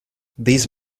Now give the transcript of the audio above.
these